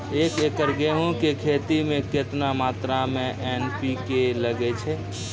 एक एकरऽ गेहूँ के खेती मे केतना मात्रा मे एन.पी.के लगे छै?